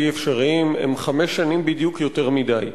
אפשריים הן חמש שנים בדיוק יותר מדי.